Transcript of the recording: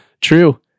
True